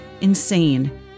Insane